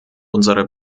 unsere